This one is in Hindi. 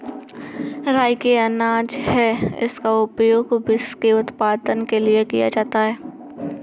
राई एक अनाज है जिसका उपयोग व्हिस्की उत्पादन के लिए किया जाता है